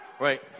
right